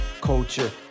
culture